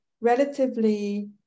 relatively